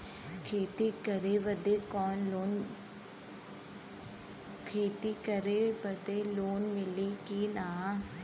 खेती करे बदे लोन मिली कि ना?